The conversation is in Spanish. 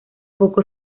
poco